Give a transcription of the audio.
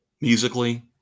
musically